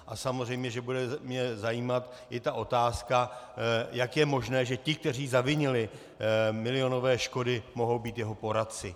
A samozřejmě mě bude zajímat i ta otázka, jak je možné, že ti, kteří zavinili milionové škody, mohou být jeho poradci.